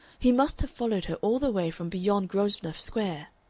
he must have followed her all the way from beyond grosvenor square.